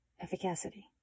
efficacy